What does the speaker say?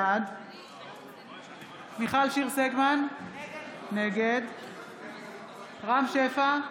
בעד מיכל שיר סגמן, נגד רם שפע,